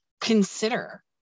consider